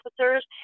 officers